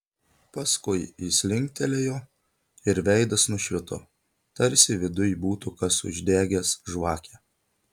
paskui jis linktelėjo ir veidas nušvito tarsi viduj būtų kas uždegęs žvakę